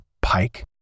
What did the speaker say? pike